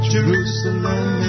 Jerusalem